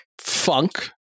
Funk